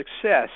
success